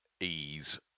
ease